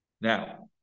Now